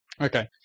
Okay